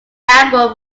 album